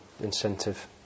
incentive